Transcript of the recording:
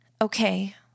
Okay